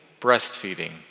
breastfeeding